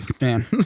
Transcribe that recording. man